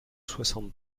soixante